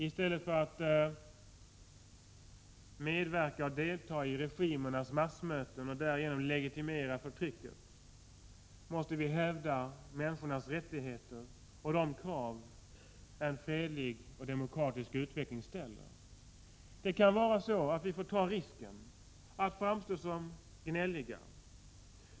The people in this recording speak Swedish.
I stället för att medverka och delta i regimernas massmöten och därigenom legitimera förtrycket måste vi hävda människornas rättigheter och de krav en fredlig och demokratisk utveckling ställer. Det kan vara så att vi får ta risken att framstå som gnälliga.